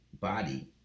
body